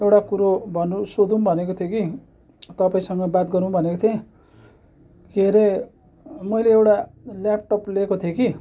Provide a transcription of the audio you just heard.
एउटा कुरो भनु सोधौँ भनेको थिएँ कि तपाईँसँग बात गरुँ भनेको थिएँ के अरे मैले एउटा ल्यापटप ल्याएको थिएँ कि